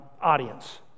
audience